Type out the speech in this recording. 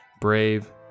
brave